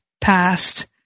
past